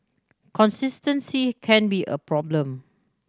consistency can be a problem